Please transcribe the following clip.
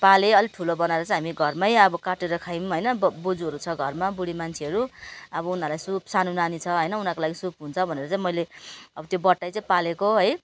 पालेँ अलिक ठुलो बनाएर चाहिँ हामी घरमा अब काटेर खायौँ होइन ब बोजूहरू छ घरमा बुढी मान्छेहरू अब उनीहरूलाई सुप सानो नानी छ होइन उनीहरूको लागि सुप हुन्छ भनेर चाहिँ मैले अब त्यो बट्टाइ चाहिँ पालेको है